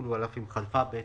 יחולו אף אם חלפה התקופה,